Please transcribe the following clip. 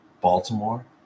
Baltimore